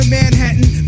Manhattan